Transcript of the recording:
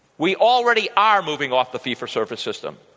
we already are moving off the fee-for-service system.